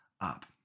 up